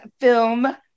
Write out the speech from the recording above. film